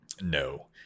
No